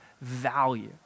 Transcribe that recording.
value